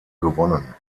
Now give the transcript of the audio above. gewonnen